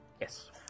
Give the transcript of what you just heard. Yes